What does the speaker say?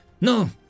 No